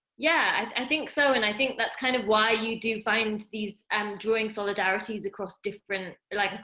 yeah, i think so, and i think that's kind of why you do find these, and drawing solidarities across different, like, ah